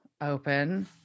open